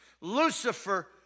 Lucifer